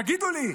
תגידו לי,